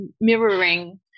mirroring